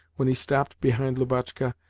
when he stopped behind lubotshka,